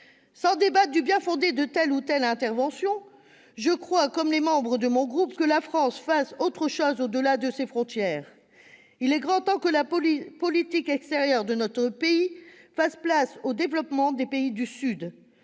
Sans débattre du bien-fondé de telle ou telle intervention, je crois, tout comme les membres de mon groupe, que la France devrait faire autre chose au-delà de ses frontières. Bien sûr ! Il est grand temps que la politique extérieure de notre pays fasse place au développement des pays du Sud